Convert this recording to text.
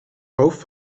hoofd